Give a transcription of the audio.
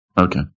Okay